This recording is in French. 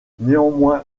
néanmoins